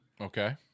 Okay